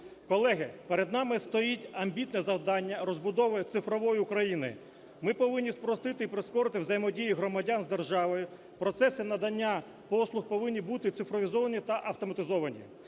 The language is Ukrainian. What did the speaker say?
Колеги, перед нами стоїть амбітне завдання розбудови цифрової України. Ми повинні спростити і прискорити взаємодію громадян з державою. Процеси надання послуг повинні бути цифровізовані та автоматизовані.